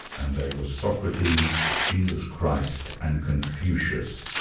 and they were socrates, jesus christ and confucius.